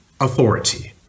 authority